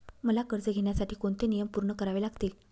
मला कर्ज घेण्यासाठी कोणते नियम पूर्ण करावे लागतील?